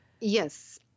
yes